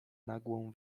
nagłą